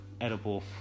edible